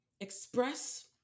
Express